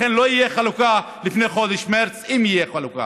לכן, לא תהיה חלוקה לפני חודש מרס, אם תהיה חלוקה.